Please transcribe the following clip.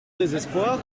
désespoir